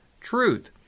truth